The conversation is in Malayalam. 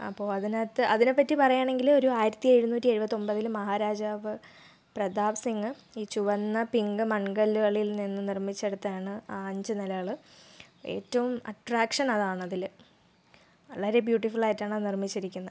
അപ്പോൾ അതിനകത്ത് അതിനെപ്പറ്റി പറയുകയാണെങ്കിൽ ഒരു ആയിരത്തി എഴുനൂറ്റി എഴുപത്തി ഒമ്പതിൽ മഹാരാജാവ് പ്രതാപ് സിങ് ഈ ചുവന്ന പിങ്ക് മണ്ണ് കല്ലുകളിൽ നിന്നും നിർമ്മിച്ചെടുത്തതാണ് ആ അഞ്ചുനിലകൾ ഏറ്റവും അട്രാക്ഷൻ അതാണതിൽ വളരെ ബ്യൂട്ടിഫുൾ ആയിട്ടാണ് അത് നിർമ്മിച്ചിരിക്കുന്നത്